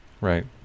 Right